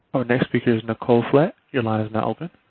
our next speaker is nicole flagg. your line is now open.